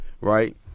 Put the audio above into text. right